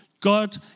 God